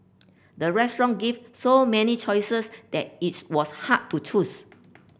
the restaurant give so many choices that its was hard to choose